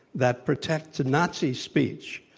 that protects a nazi's speech.